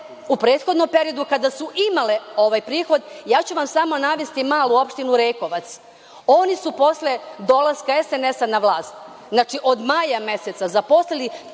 u prethodnom periodu kada su imale ovaj prihod, ja ću vam samo navesti malu opštinu Rekovac. Oni su posle dolaska SNS na vlast, znači od maja meseca, zaposlili